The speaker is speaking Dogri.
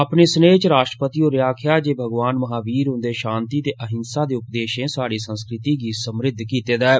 अपने स्नेह् च राष्ट्रपति होरें आक्खेआ जे भगवान महावीर हुंदे शांति ते अहिंसा दे उपदेशें स्हाड़ी संस्कृति गी समृद्ध कीते दा ऐ